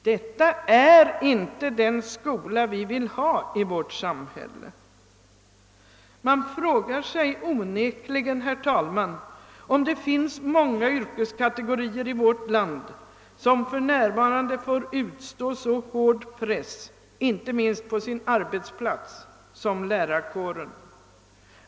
Detta är inte den skola vi vill ha i vårt samhälle. Man frågar sig onekligen, herr talman, om det finns många yrkeskategorier i vårt land som för närvarande får utstå så hård press, inte minst på sin arbetsplats, som lärarkåren.